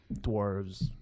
dwarves